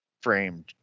framed